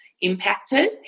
impacted